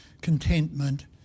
contentment